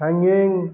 hanging